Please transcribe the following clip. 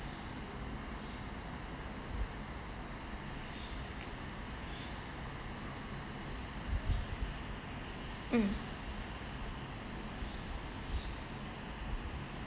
mm